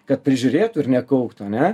kad prižiūrėtų ir nekauktų ar ne